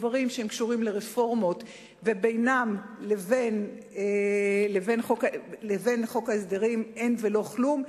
דברים שקשורים לרפורמות ובינם לבין חוק ההסדרים אין ולא כלום,